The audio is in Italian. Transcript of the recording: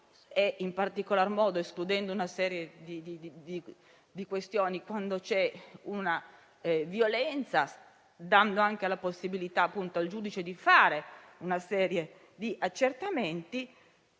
in particolar modo escludendo una serie di questioni, quando c'è una violenza, dando anche la possibilità al giudice di fare una serie di accertamenti,